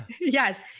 yes